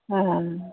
हँ